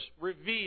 revealed